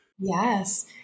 Yes